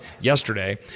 yesterday